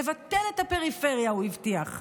לבטל את הפריפריה הוא הבטיח.